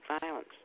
violence